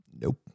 Nope